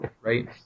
right